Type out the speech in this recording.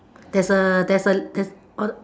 there's a there's a there's or